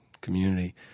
community